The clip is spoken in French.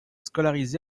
scolarisé